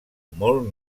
molt